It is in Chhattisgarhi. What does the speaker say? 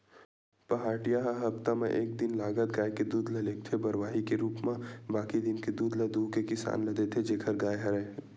पहाटिया ह हप्ता म एक दिन लगत गाय के दूद ल लेगथे बरवाही के रुप म बाकी दिन के दूद ल दुहू के किसान ल देथे जेखर गाय हरय